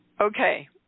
Okay